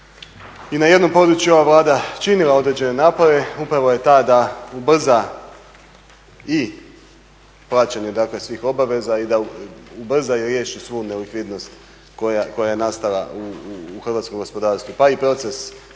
i na jednom području ova Vlada činila određene napore upravo je to da ubrza i plaćanje dakle svih obaveza i da ubrza i riješi svu nelikvidnost koja je nastala u hrvatskom gospodarstvu. Pa i proces donošenja